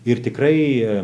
ir tikrai